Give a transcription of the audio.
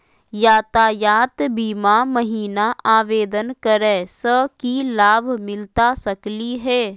यातायात बीमा महिना आवेदन करै स की लाभ मिलता सकली हे?